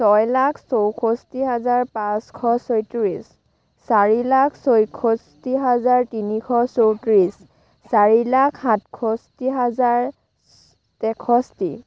ছয় লাখ চৌষষ্ঠি হাজাৰ পাঁচশ ছয়ত্ৰিছ চাৰি লাখ ছয়ষষ্ঠি হাজাৰ তিনিশ চৌত্ৰিছ চাৰি লাখ সাতষষ্ঠি হাজাৰ তেষষ্ঠি